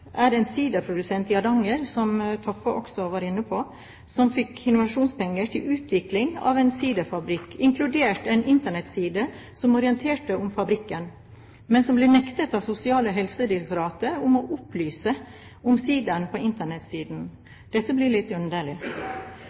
er en siderprodusent i Hardanger, som representanten Toppe også var inne på, som fikk innovasjonspenger til utvikling av en siderfabrikk, inkludert en Internett-side som orienterte om fabrikken, men som ble nektet av Sosial- og helsedirektoratet å opplyse om sideren på Internett-siden. Dette blir litt